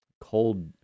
Cold